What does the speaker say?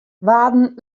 waarden